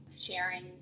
sharing